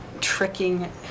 tricking